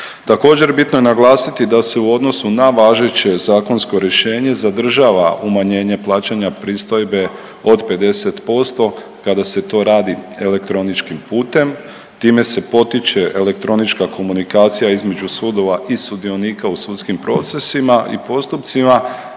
Također bitno je naglasiti da se u odnosu na važeće zakonsko rješenje zadržava umanjenje plaćanja pristojbe od 50% kada se to radi elektroničkim putem, time se potiče elektronička komunikacija između sudova i sudionika u sudskim procesima i postupcima,